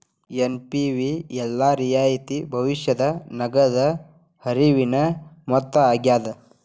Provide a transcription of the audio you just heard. NPV ಎಲ್ಲಾ ರಿಯಾಯಿತಿ ಭವಿಷ್ಯದ ನಗದ ಹರಿವಿನ ಮೊತ್ತ ಆಗ್ಯಾದ